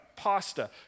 pasta